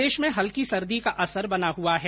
प्रदेश में हल्की सर्दी का असर बना हुआ है